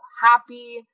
happy